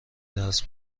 درس